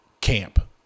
camp